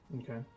Okay